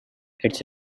its